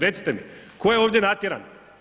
Recite mi, tko je ovdje natjeran?